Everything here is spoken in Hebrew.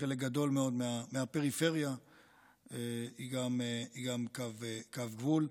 וחלק גדול מהפריפריה הוא גם קו גבול.